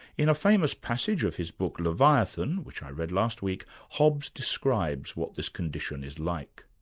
in a famous passage of his book, leviathan, which i read last week, hobbes describes what this condition is like.